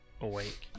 awake